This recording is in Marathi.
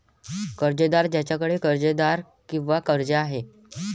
कर्जदार ज्याच्याकडे कर्जदार किंवा कर्ज आहे